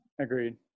agreed